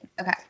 Okay